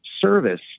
service